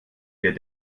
wir